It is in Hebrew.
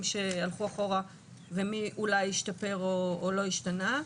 שהלכו אחורה ומי אולי השתפר או לא השתנה?